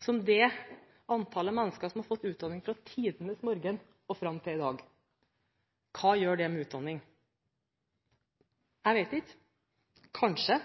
som det antallet mennesker som har fått utdanning fra tidenes morgen og fram til i dag. Hva gjør det med utdanning? Jeg vet ikke. Kanskje